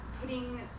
putting